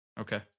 Okay